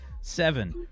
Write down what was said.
Seven